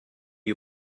you